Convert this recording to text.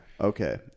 Okay